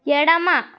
ఎడమ